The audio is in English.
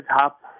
top